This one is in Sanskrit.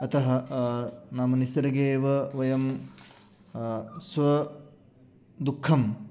अतः नाम निसर्गे व वयं स्वदुःखम्